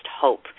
hope